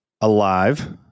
alive